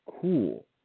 cool